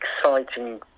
exciting